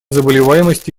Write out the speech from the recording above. заболеваемости